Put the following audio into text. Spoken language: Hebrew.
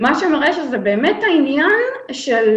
זה מראה שזה באמת עניין של